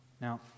Now